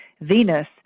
venus